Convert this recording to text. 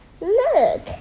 Look